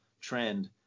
trend